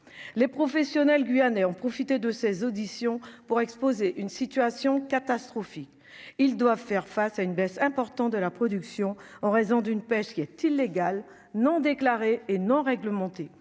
les professionnels guyanais ont profité de ces auditions pour exposer une situation catastrophique, ils doivent faire face à une baisse importante de la production en raison d'une pêche qui est illégale, non déclarée et non réglementée